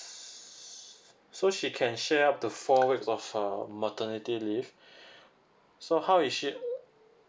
so she can share up to four weeks of her maternity leave so how is she